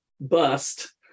Bust